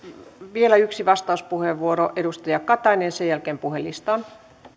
vielä yksi vastauspuheenvuoro edustaja katainen ja sen jälkeen puhelistaan